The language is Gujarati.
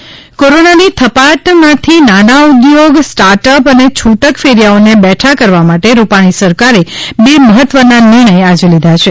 સ્ટેમ્પ ડ્યૂટિમાં માફી કોરોનાની થપાટ માંથી નાના ઊદ્યોગ સ્ટાર્ટઅપ અને છૂટક ફેરિયાઓને બેઠા કરવા માટે રૂપાણી સરકારે બે મહત્વના નિર્ણય આજે લીધા છે